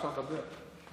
אפשר לדבר.